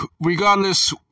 regardless